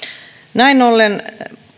näin ollen